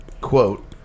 quote